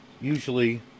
usually